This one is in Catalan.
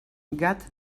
gat